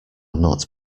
not